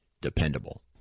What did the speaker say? dependable